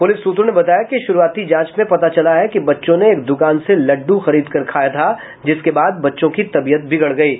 प्रलिस सूत्रों ने बताया कि शुरूआती जांच में पता चला है कि बच्चों ने एक दुकान से लड्ड्र खरीदकर खाया था जिसके बाद बच्चों की तबीयत बिगड़ गयी